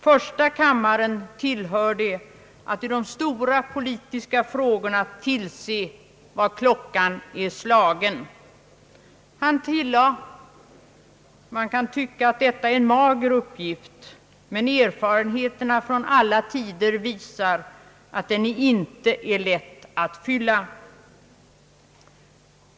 Första kammaren tillhör det att i de stora politiska frågorna tillse vad klockan är slagen. Han tillade att man kan tycka att detta är en mager uppgift, men erfarenheterna från alla tider visar att den inte är lätt att fylla.